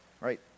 right